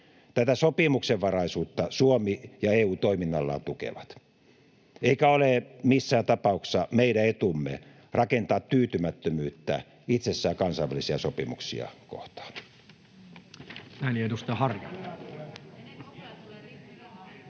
Tätä sopimuksenvaraisuutta Suomi ja EU toiminnallaan tukevat. Eikä ole missään tapauksessa meidän etumme rakentaa tyytymättömyyttä itsessään kansainvälisiä sopimuksia kohtaan.